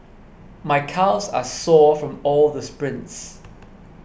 my calves are sore from all the sprints